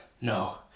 No